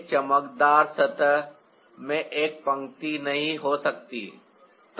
एक चमकदार सतह में एक पंक्ति नहीं हो सकती है